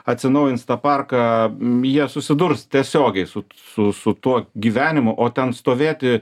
atsinaujins tą parką jie susidurs tiesiogiai su su su tuo gyvenimu o ten stovėti